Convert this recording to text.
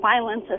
violence